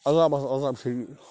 عذاب ہسا عذابِ شدیٖد